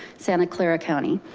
santa clara county.